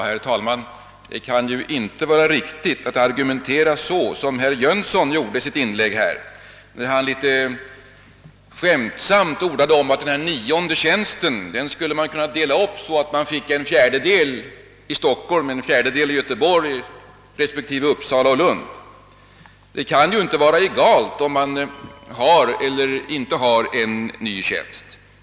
Herr talman! Det kan ju inte vara riktigt att argumentera så som herr Jönsson i Arlöv gjorde i sitt inlägg. Han ordade litet skämtsamt om att man skulle kunna dela upp den nionde tjänsten så att man fick en fjärdedel i vardera Stockholm, Göteborg, Uppsala och Lund. Det kan ju inte vara egalt, om man inrättar eller inte inrättar en ny tjänst.